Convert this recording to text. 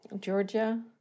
Georgia